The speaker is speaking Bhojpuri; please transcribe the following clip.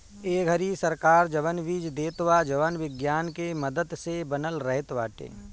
ए घरी सरकार जवन बीज देत बा जवन विज्ञान के मदद से बनल रहत बाटे